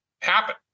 happen